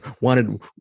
wanted